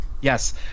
Yes